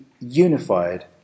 unified